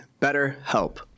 BetterHelp